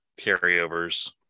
carryovers